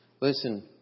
Listen